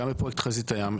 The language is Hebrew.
גם בפרויקט חזית הים.